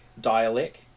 Dialect